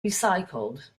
recycled